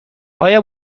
آیا